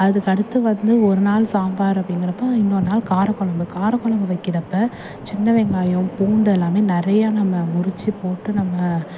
அதுக்கு அடுத்து வந்து ஒரு நாள் சாம்பார் அப்படிங்கிறப்போ இன்னொரு நாள் காரக்குழம்பு காரக்குழம்பு வைக்கிறப்போ சின்ன வெங்காயம் பூண்டு எல்லாம் நிறையா நம்ம உரித்துப் போட்டு நம்ம